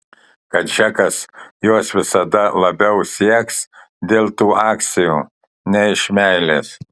kad džekas jos visada labiau sieks dėl tų akcijų nei iš meilės